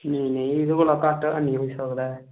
ठीक उंदे कोला घट्ट नेईं होई सकदा ऐ